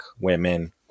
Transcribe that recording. women